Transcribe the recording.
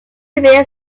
idea